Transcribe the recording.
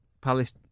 Palace